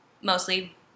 mostly